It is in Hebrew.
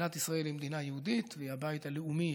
מדינת ישראל היא מדינה יהודית והיא הבית הלאומי,